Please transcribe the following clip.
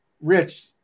Rich